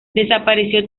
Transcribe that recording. desapareció